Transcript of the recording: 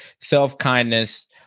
self-kindness